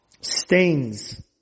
stains